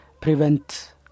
prevent